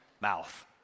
mouth